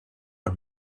und